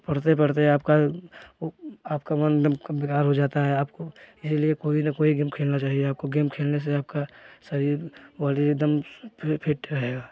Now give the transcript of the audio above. पढ़ते पढ़ते आपका आपका मन एक दम बेकार हो जाता है आप इसीलिए कोई ना कोई गेम खेलना चाहिए आपको आपको गेम खेलने से आपका शरीर बॉडी एक दम फिट रहेग